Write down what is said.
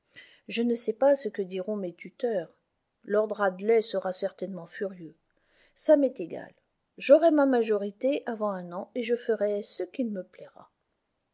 je ne sais pas ce que diront mes tuteurs lord radley sera certainement furieux ça m'est égal j'aurai ma majorité avant un an et je ferai ce qu'il me plaira